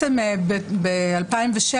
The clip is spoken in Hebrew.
ב-2007,